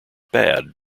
bad